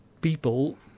people